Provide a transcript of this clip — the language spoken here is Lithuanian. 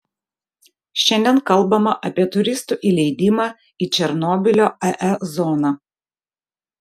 šiandien kalbama apie turistų įleidimą į černobylio ae zoną